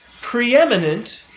preeminent